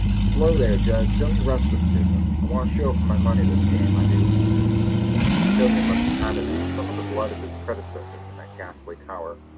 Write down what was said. slow there, judge! don't you rush this business! i want a show for my money this game i du the custodian must have had in him some of the blood of his predecessors in that ghastly tower,